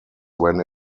when